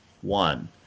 one